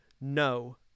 No